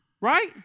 Right